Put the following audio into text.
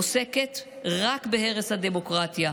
עוסקת רק בהרס הדמוקרטיה,